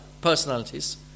personalities